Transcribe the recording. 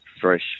fresh